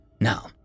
Now